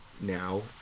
now